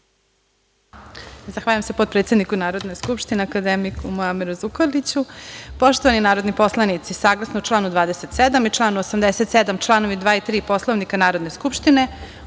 Zahvaljujem se potpredsedniku Narodne skupštine akademiku Muameru Zukorliću. Poštovani narodni poslanici, saglasno članu 27. i članu 87. članovi 2. i 3. Poslovnika Narodne skupštine